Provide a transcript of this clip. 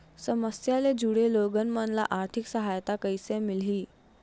समस्या ले जुड़े लोगन मन ल आर्थिक सहायता कइसे मिलही?